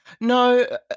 No